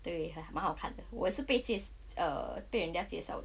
对还蛮好看的我也是被介 err 被人家介绍的